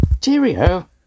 Cheerio